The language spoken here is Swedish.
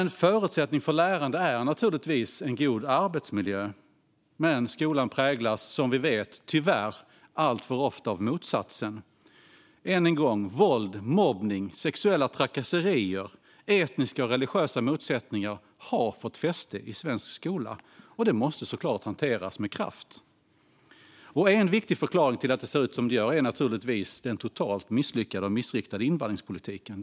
En förutsättning för lärande är naturligtvis en god arbetsmiljö. Men skolan präglas, som vi vet, tyvärr alltför ofta av motsatsen. Våld, mobbning, sexuella trakasserier och etniska och religiösa motsättningar har fått fäste i svensk skola. Det måste såklart hanteras med kraft. En viktig förklaring till att det ser ut som det gör är naturligtvis den totalt misslyckade och missriktade invandringspolitiken.